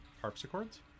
harpsichords